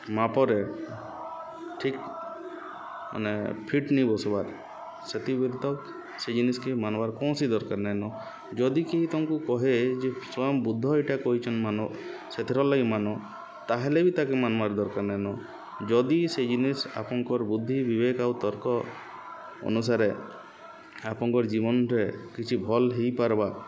ମାପରେ ଠିକ୍ ମାନେ ଫିଟ୍ ନିବସ୍ବାର୍ ସେତ୍କି ବେଲ୍ ତକ୍ ସେ ଜିନିଷ୍କେ ମାନ୍ବାର୍ କୌଣସି ଦର୍କାର୍ ନାଇଁନ ଯଦି କେ ତମ୍କୁ କହେ ଯେ ସ୍ଵୟଂ ବୁଦ୍ଧ ଇଟା କହିଚନ୍ ମାନ ସେଥିରଲାଗି ମାନ ତା'ହେଲେ ବି ତାକେ ମାନ୍ବାର୍ ଦର୍କାର୍ ନାଇଁନ ଯଦି ସେ ଜିନିଷ୍ ଆପଣଙ୍କର ବୁଦ୍ଧି ବିବେକ୍ ଆଉ ତର୍କ ଅନୁସାରେ ଆପଣଙ୍କର୍ ଜୀବନ୍ରେ କିଛି ଭଲ୍ ହେଇପାର୍ବା